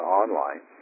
online